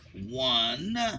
one